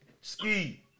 Ski